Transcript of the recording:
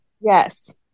yes